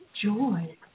joy